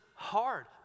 Hard